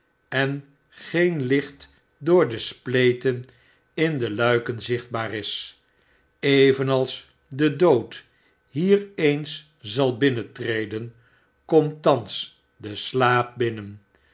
en geen licht door de spleten in de luiken zichtbaar is evenals de dood hier eens zal binnentreden komt thans de slaap binnen